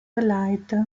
lite